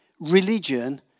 religion